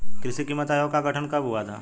कृषि कीमत आयोग का गठन कब हुआ था?